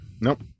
Nope